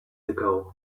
ago